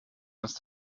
was